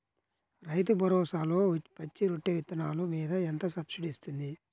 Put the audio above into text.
రైతు భరోసాలో పచ్చి రొట్టె విత్తనాలు మీద ఎంత సబ్సిడీ ఇస్తుంది?